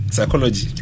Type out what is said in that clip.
Psychology